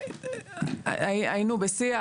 היינו בשיח.